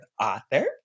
author